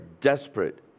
desperate